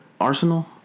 Arsenal